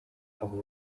abo